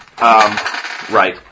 Right